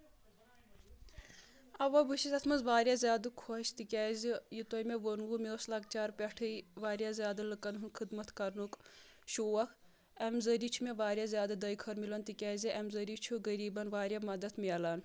اَوَ بہٕ چھس یَتھ منٛز واریاہ زیادٕ خۄش تِکیازِ یہِ تۄہہِ مےٚ ووٚنوُ مےٚ اوس لکچار پؠٹھٕے واریاہ زیادٕ لُکن ہُنٛد خدمت کَرنُک شوق امہِ ذٔریعہِ چھُ مےٚ واریاہ زیادٕ دوٚیہِ خٲر مِلان تِکیازِ امہِ ذٔریعہِ چھُ غریٖبَن واریاہ مَدتھ میلان